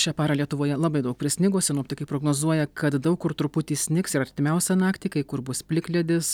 šią parą lietuvoje labai daug prisnigo sinoptikai prognozuoja kad daug kur truputį snigs ir artimiausią naktį kai kur bus plikledis